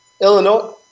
Illinois